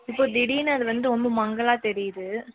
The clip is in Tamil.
இப்போ திடீர்ன்னு அது வந்து ரொம்ப மங்கலாக தெரியுது